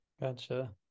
gotcha